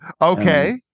Okay